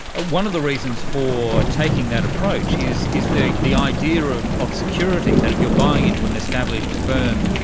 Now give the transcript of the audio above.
ah one of the reasons for taking that approach is is the the idea of of security, that if you are buying into an established firm,